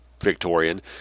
Victorian